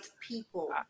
people